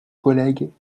collègues